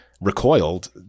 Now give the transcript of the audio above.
recoiled